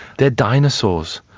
they are dinosaurs.